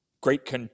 great